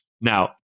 Now